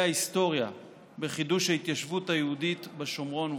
ההיסטוריה בחידוש ההתיישבות היהודית בשומרון וביהודה.